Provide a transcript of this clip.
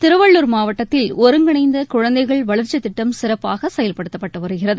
திருவள்ளுர் மாவட்டத்தில் ஒருங்கிணைந்தகுழந்தைகள் வளர்ச்சித் திட்டம் சிறப்பாகசெயல்படுத்தப்பட்டுவருகிறது